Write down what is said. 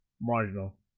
marginal